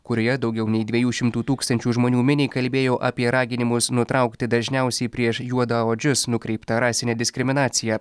kurioje daugiau nei dviejų šimtų tūkstančių žmonių miniai kalbėjo apie raginimus nutraukti dažniausiai prieš juodaodžius nukreiptą rasinę diskriminaciją